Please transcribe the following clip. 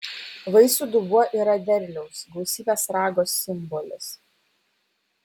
vaisių dubuo yra derliaus gausybės rago simbolis